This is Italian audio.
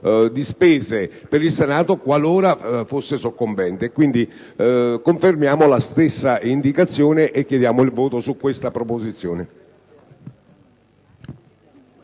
di spese per il Senato qualora fosse soccombente. In conclusione, confermiamo la stessa indicazione e chiediamo il voto su questa proposizione.